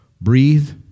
breathe